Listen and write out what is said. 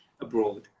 abroad